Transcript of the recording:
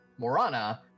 Morana